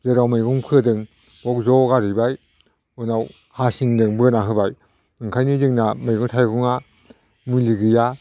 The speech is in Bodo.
जेराव मैगं फोदों बाव ज' गारहैबाय उनाव हारसिंदों बोना होबाय ओंखायनो जोंना मैगं थाइगङा मुलि गैया